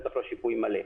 בטח לא שיפוי מלא.